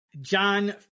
John